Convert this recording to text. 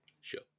Sure